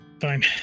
Fine